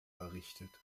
errichtet